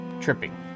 tripping